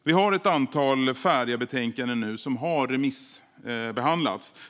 Vi har ett antal färdiga betänkanden som har remissbehandlats.